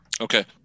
Okay